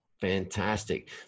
Fantastic